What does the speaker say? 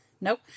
Nope